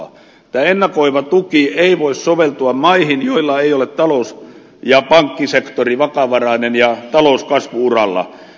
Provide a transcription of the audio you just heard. tämä ennakoiva tuki ei voi soveltua maihin joilla ei ole talous ja pankkisektori vakavarainen ja talouskasvu uralla